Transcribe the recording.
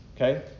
okay